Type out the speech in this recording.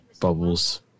Bubbles